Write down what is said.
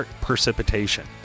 precipitation